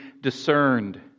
discerned